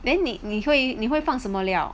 then 你你会你会用什么料了